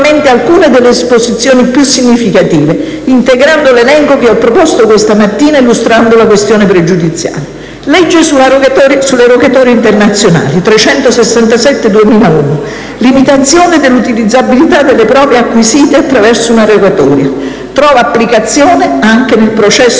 alcune delle disposizioni più significative, integrando l'elenco che ho proposto questa mattina illustrando la questione pregiudiziale: • Legge sulle rogatorie internazionali (legge n. 367 del 2001): limitazione dell'utilizzabilità delle prove acquisite attraverso una rogatoria (trova applicazione anche al processo